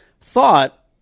thought